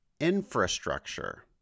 infrastructure